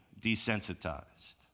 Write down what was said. desensitized